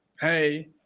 Hey